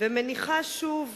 ומניחה שוב